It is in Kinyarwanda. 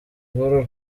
imvururu